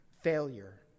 failure